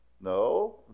No